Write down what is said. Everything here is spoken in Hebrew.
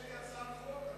יש לי הצעת חוק,